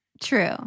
True